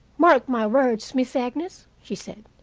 mark my words, miss agnes, she said,